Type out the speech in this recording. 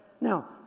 Now